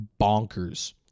bonkers